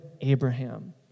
Abraham